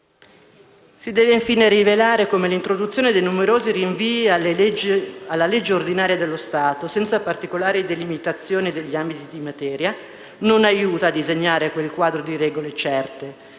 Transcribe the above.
Si deve, infine, rilevare come l'introduzione di numerosi rinvii alla legge ordinaria dello Stato, senza particolari delimitazioni degli ambiti di materia, non aiuti a disegnare quel quadro di regole certe,